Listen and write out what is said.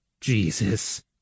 Jesus